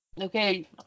okay